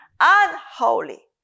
unholy